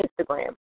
Instagram